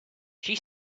she